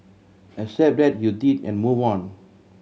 accept that you did and move on